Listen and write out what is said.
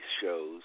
shows